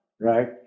right